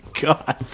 God